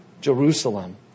Jerusalem